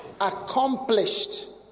Accomplished